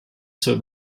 zur